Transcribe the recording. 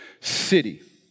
city